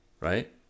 right